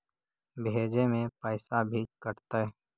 भेजे में पैसा भी कटतै?